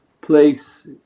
place